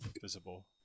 visible